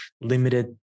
limited